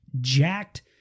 jacked